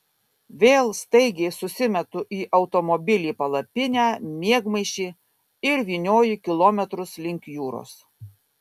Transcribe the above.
vėl staigiai susimetu į automobilį palapinę miegmaišį ir vynioju kilometrus link jūros